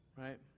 Right